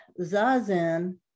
zazen